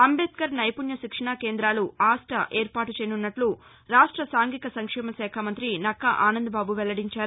అంబేద్కర్ నైపుణ్య శిక్షణ కేందాలు ఆస్టా ఏర్పాటు చేయనున్నట్ల రాష్ట సాంఘిక సంక్షేమ శాఖ మంగ్రి నక్కా ఆనందబాబు వెల్లడించారు